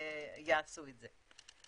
יעשו את זה.